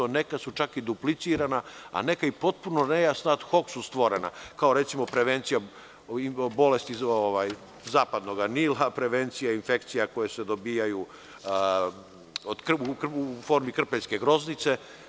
Neki su čak i duplicirani, a neki i potpuno nejasni, ad hok stvoreni, kao recimo prevencija bolesti zapadnog Nila, prevencija infekcija koje se dobijaju u formi krpeljske groznice.